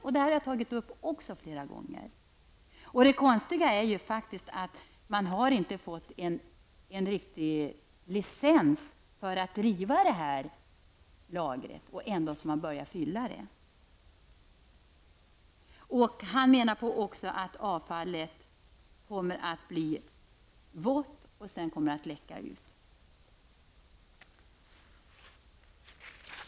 Detta har jag också tagit upp flera gånger. Det konstiga är att man inte har fått en riktig licens för att driva det här lagret, och ändå skall man börja fylla det. Han menar också att avfallet kommer att bli vått och sedan kommer att läcka ut.